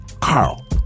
Carl